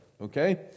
okay